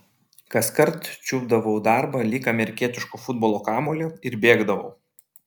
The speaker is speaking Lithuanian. kaskart čiupdavau darbą lyg amerikietiško futbolo kamuolį ir bėgdavau